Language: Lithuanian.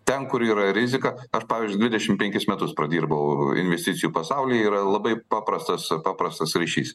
ten kur yra rizika aš pavyzdžiui dvidešim penkis metus pradirbau investicijų pasauly ir labai paprastas paprastas ryšys